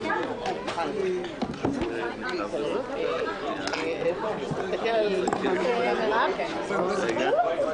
"טוב, בזה ידון בית המשפט יום